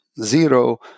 zero